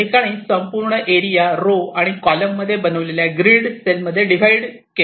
या ठिकाणी संपूर्ण एरिया रो आणि कॉलम मध्ये बनवलेल्या ग्रीड सेल मध्ये डिव्हाइड केले आहे